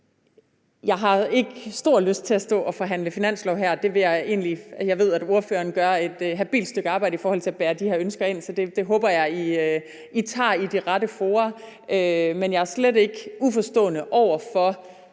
jeg har ikke stor lyst til at stå og forhandle finanslov her. Jeg ved, at ordføreren gør et habilt stykke arbejde i forhold til at bære de her ønsker ind, så det håber jeg, I tager i de rette fora. Men jeg er slet ikke uforstående over for